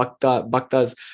bhaktas